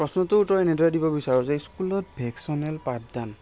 প্ৰশ্নটোৰ উত্তৰ এনেদৰে দিব বিচাৰো যে ইস্কুলত ভ'কেশ্যনেল পাঠদান